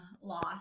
loss